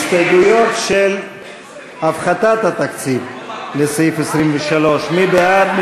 הסתייגויות של הפחתת התקציב לסעיף 23, מי בעד?